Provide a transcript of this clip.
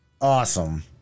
awesome